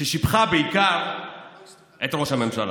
ששיבחה בעיקר את ראש הממשלה.